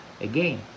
again